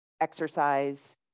exercise